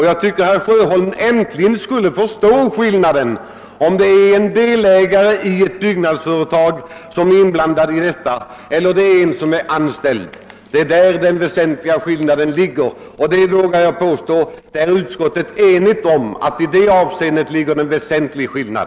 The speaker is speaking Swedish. Jag tycker att herr Sjöholm äntligen borde förstå skillnaden mellan en delägare i ett byggnadsföretag och en anställd. Jag vågar påstå att utskottet är enigt om att det häri ligger en väsentlig skillnad.